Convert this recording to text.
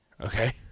Okay